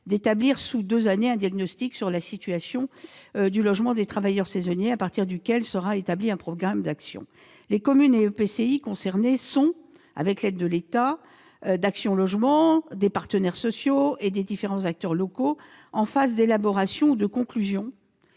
d'établir sous deux années un diagnostic sur la situation du logement des travailleurs saisonniers, à partir duquel sera établi un programme d'actions. Les communes et EPCI concernés sont, avec l'aide de l'État, d'Action logement, des partenaires sociaux et des différents acteurs locaux, en phase d'élaboration ou de conclusion